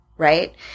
right